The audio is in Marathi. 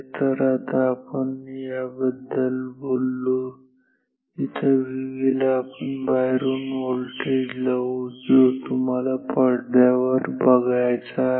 तर आतापर्यंत आपण याबद्दल बोललो आपल्याला इथं Vv ल आपण बाहेरून व्होल्टेज लावू जो तुम्हाला पडद्यावर बघायचा आहे